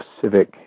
civic